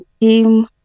team